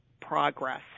progress